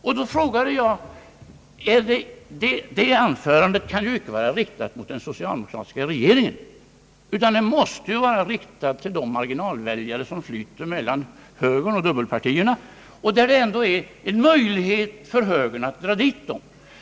Ett sådant anförande kan inte vara riktat mot den socialdemokratiska regeringen, utan det måste vara riktat till de marginalväljare som flyter mellan högern och dubbelpartierna och som högern har en möjlighet att dra till sig.